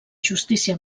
justícia